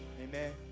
Amen